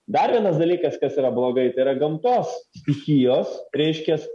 dar vienas dalykas kas yra blogai tai yra gamtos stichijos reiškias